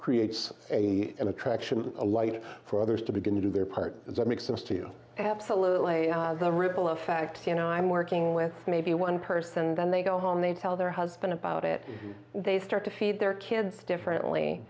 creates a an attraction a light for others to begin to do their part that makes sense to you absolutely the ripple effect and i'm working with maybe one person and then they go home they tell their husband about it they start to feed their kids differently